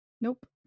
Nope